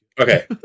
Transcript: okay